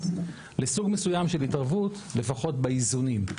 לסוג מסוים של התערבות לפחות באיזונים.